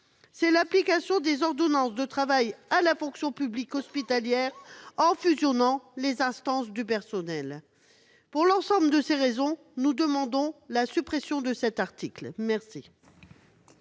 c'est l'application des ordonnances de la loi Travail à la fonction publique hospitalière par la fusion des instances du personnel ! Pour l'ensemble de ces raisons, nous demandons la suppression de cet article. Quel